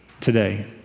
today